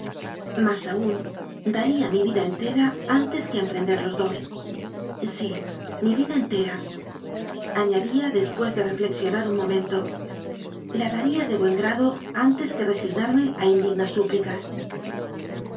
aún daría mi vida entera antes que emprender los dos sí mi vida enteraaña día después de reflexionar un momentola daría de buen grado antes que resignarme a indignas súplicas